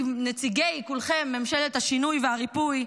כולכם נציגי ממשלת השינוי והריפוי,